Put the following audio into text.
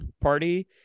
party